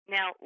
Now